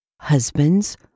Husbands